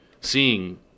seeing